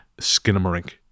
Skinnamarink